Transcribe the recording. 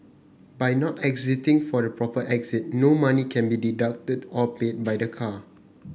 by not exiting from the proper exit no money can be deducted or paid by the car